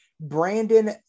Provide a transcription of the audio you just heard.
Brandon